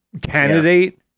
candidate